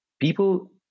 people